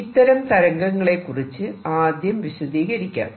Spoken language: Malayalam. ഇത്തരം തരംഗങ്ങളെ കുറിച്ച് ആദ്യം വിശദീകരിക്കാം